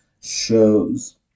shows